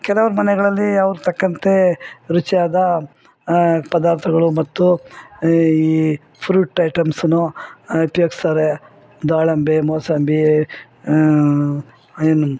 ಕೆಲವ್ರು ಮನೆಗಳಲ್ಲಿ ಅವ್ರ ತಕ್ಕಂತೆ ರುಚಿಯಾದ ಪದಾರ್ಥಗಳು ಮತ್ತು ಈ ಫ್ರುಟ್ ಐಟಮ್ಸನೂ ಉಪ್ಯೋಗಿಸ್ತಾರೆ ದಾಳಿಂಬೆ ಮೋಸಂಬಿ ಏನು